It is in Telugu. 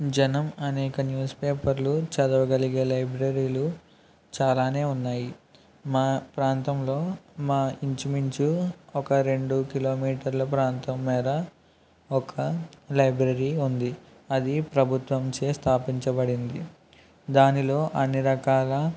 జనం అనేక న్యూస్ పేపర్లు చదువగలిగే లైబ్రరీలు చాలానే ఉన్నాయి మా ప్రాంతంలో మా ఇంచుమించు ఒక రెండు కిలోమీటర్ల ప్రాంతం మేర ఒక లైబ్రరీ ఉంది అది ప్రభుత్వంచే స్థాపించబడింది దానిలో అన్ని రకాల